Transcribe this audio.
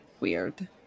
Weird